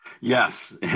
Yes